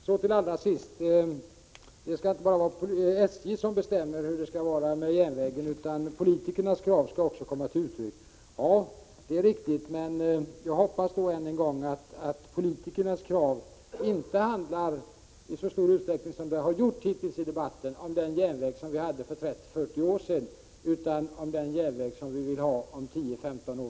Det har påpekats att det inte bara skall vara SJ som bestämmer om järnvägen utan att också politikernas krav skall komma till uttryck. Ja, det är riktigt, men jag hoppas då att politikernas krav inte i så stor utsträckning, som hittills i debatten, handlar om den järnväg som fanns för 30-40 år sedan utan om den järnväg som vi vill ha om 10-15 år.